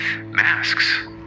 masks